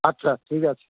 আচ্ছা ঠিক আছে